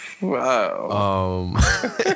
Wow